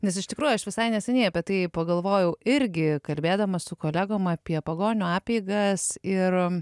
nes iš tikrųjų aš visai neseniai apie tai pagalvojau irgi kalbėdama su kolegom apie pagonių apeigas ir